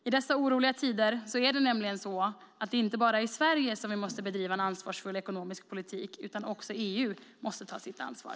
I dessa oroliga tider är det nämligen så att inte bara Sverige måste driva en ansvarsfull ekonomisk politik, utan också EU måste ta sitt ansvar.